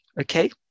Okay